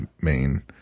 main